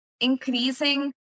increasing